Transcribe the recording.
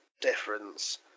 difference